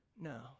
No